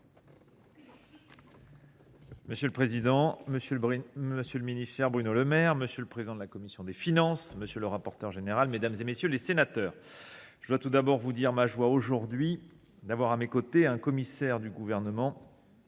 Monsieur le président, monsieur le ministre, cher Bruno Le Maire, monsieur le président de la commission des finances, monsieur le rapporteur général, mesdames, messieurs les sénateurs, je dois tout d’abord vous dire ma joie d’avoir aujourd’hui à mes côtés un commissaire du Gouvernement